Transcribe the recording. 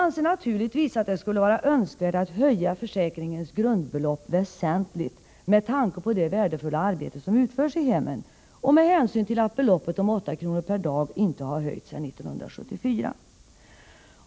Naturligtvis vore det önskvärt att höja försäkringens grundbelopp väsentligt med tanke på det värdefulla arbete, som utförs i hemmen, och med hänsyn till att beloppet på 8 kr. per dag inte har höjts sedan 1974.